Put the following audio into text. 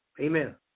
Amen